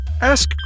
Ask